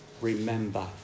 Remember